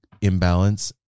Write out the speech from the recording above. imbalance